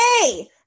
Hey